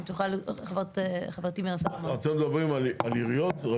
אם תוכל, חברתי מירה סולומון.